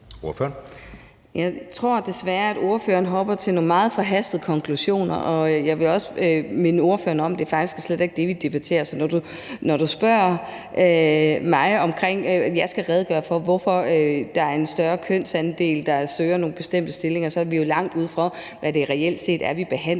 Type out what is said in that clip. Jeg tror desværre, at ordføreren drager nogle meget forhastede konklusioner, og jeg vil også minde ordføreren om, at det faktisk slet ikke er det, vi debatterer. Så når du beder mig om at redegøre for, hvorfor der er en større kønsandel der søger nogle bestemte stillinger, er vi jo langt uden for, hvad det reelt set er, vi behandler.